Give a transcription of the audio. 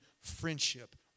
friendship